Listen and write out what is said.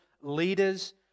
leaders